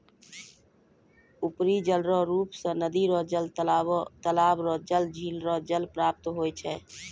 उपरी जलरो रुप मे नदी रो जल, तालाबो रो जल, झिल रो जल प्राप्त होय छै